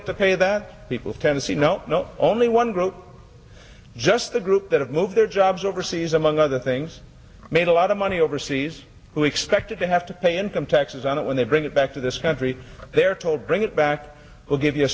get to pay that people of tennessee no no only one group just a group that have moved their jobs overseas among other things made a lot of money overseas who expected to have to pay income taxes on it when they bring it back to this country they're told bring it back we'll give you a